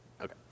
Okay